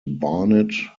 barnet